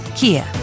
Kia